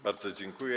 Bardzo dziękuję.